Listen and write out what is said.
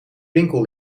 winkel